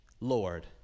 Lord